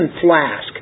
flask